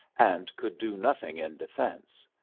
and could do nothing in defence.